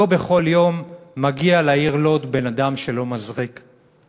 לא בכל יום מגיע בן-אדם שלא מזריק ללוד".